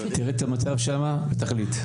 תראה את המצב שם ותחליט.